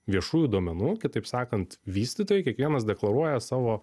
viešųjų duomenų kitaip sakant vystytojų kiekvienas deklaruoja savo